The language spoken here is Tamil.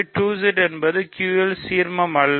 2Z என்பது Q இன் சீர்மமல்ல